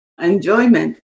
enjoyment